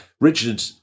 Richard